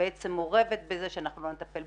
בעצם אורבת בכך שלא נטפל בזה.